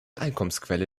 einkommensquelle